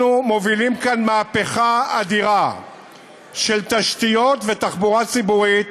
אנחנו מובילים כאן מהפכה אדירה של תשתיות ושל תחבורה ציבורית.